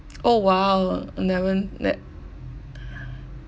oh !wow! never